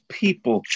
people